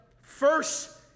first